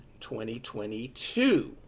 2022